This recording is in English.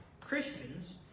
Christians